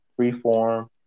Freeform